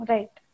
Right